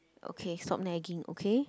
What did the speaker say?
okay stop nagging okay